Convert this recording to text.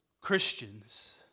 Christians